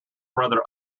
brother